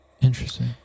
Interesting